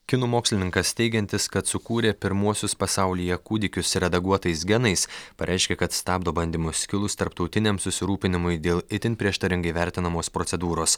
kinų mokslininkas teigiantis kad sukūrė pirmuosius pasaulyje kūdikius redaguotais genais pareiškė kad stabdo bandymus kilus tarptautiniam susirūpinimui dėl itin prieštaringai vertinamos procedūros